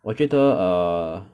我觉得 err